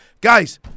Guys